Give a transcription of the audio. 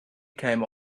came